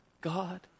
God